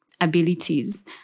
abilities